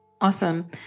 awesome